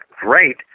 great